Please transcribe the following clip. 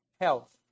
Health